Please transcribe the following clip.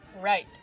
Right